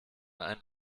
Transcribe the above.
ein